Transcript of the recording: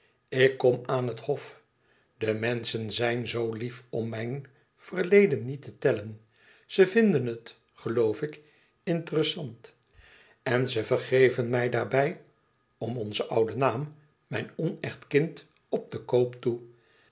ik kom aan het hof de menschen zijn zoo lief om mijn verleden niet te tellen ze vinden het geloof ik interessant en zij vergeven mij daarbij om onzen ouden naam mijn onecht kind op den koop toe